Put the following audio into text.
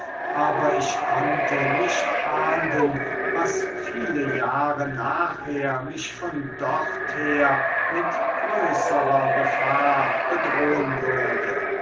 aber ich konnte nicht ahnden was viele jahre nachher mich von dorther mit größerer gefahr bedrohen würde